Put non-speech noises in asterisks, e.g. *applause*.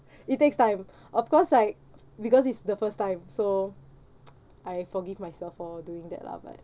*breath* it takes time *breath* of course like because it's the first time so *noise* I forgive myself for doing that lah but